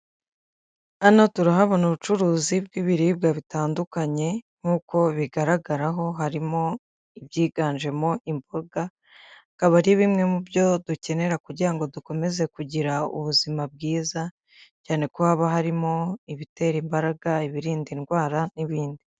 Hano turahabona ubucuruzi bw'ibiribwa bitandukanye nk'uko bigaragaraho harimo ibyiganjemo imboga, bikaba ari bimwe mu byo dukenera kugira ngo dukomeze kugira ubuzima bwiza cyane ko haba harimo ibitera imbaraga, ibirinda indwara n'ibindi.